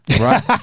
right